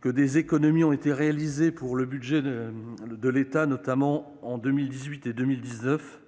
que des économies ont été réalisées pour le budget de l'État, notamment en 2018 et 2019,